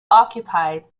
occupied